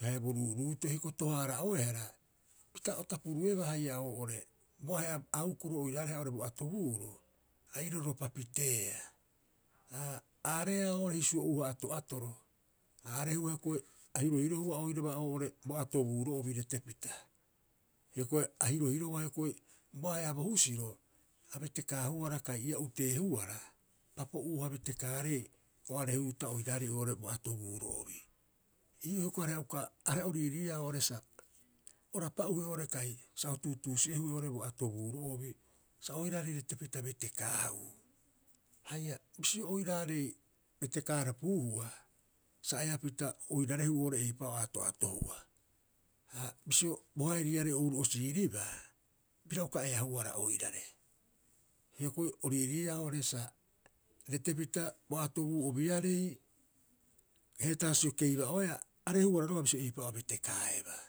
Haia bo ruuruuto'e hioko'i tohaara'oehara, pita o tapuruebaa haia oo'ore bo ahe'a aukoro oiraareha oo'ore bo atobuuro, a iroropa piteea. Aa, areea oo'ore hisu'o'uuha ato'atoro, a arehua hioko'i, a hirohirohua oiraba oo'ore bo atobuuro'obi retepita, hioko'i a hirohirohua hioko'i bo ahe'a bo husiro a betekaahuara kai ia uteehuara papo'uuha betekaarei o arehuuba oiraarei oo'ore bo atobuuro'obi. Ii'oo hioko'i areha uka are o riiriiiaa sa o rapa'uhue oo'ore kai sa o tuutuusi'ehue oo'ore bo atoobuuro'obi sa oiraarei ratepita betekaahuu. Haia bisio oiraarei betekaarapiuhua, sa eapita oirarehuu oo'ore eipa'oo a ato'atohua. Ha bisio bo haeriarei o uruu'osiiribaa bira uka eahuara oirare. Hioko'i o riiriia oo'ore sa retepita bo atobuu'obiarei heetaasio keiba'oeaa, arehuara roga'a bisio eipa'oo a betekaaebaa.